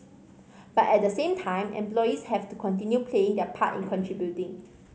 but at the same time employees have to continue playing their part in contributing